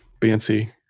BNC